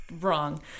Wrong